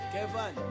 Kevin